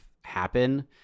happen